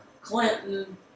Clinton